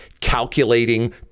calculating